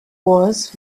was